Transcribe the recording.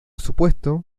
supuesto